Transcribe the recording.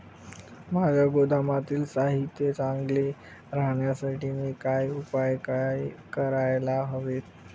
माझ्या गोदामातील साहित्य चांगले राहण्यासाठी मी काय उपाय काय करायला हवेत?